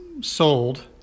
sold